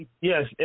yes